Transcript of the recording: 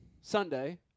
Sunday